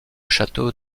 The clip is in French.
château